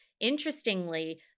interestingly